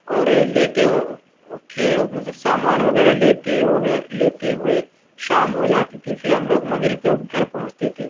اور لیتے وہ مطلب سامان وغیرہ لیتے وغیرہ لیتے ہوئے شام ہو جاتی تھی پھر ہم لوگ مغرب کے وقت گھر پہنچتے تھے